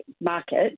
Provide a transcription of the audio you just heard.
market